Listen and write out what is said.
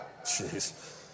Jeez